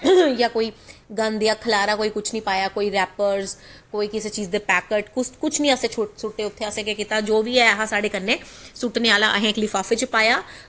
इ'यां कोई गंद जां खलारा होई निं पाया इ'यां रैपरस कोई कुसै चीज दे पैक्ट कुछ नि असें सुट्टे उत्थै असें केह् कीता जो बी है हा साढ़े कन्नै सुट्टने आह्ला असें इक लफाफे च पाया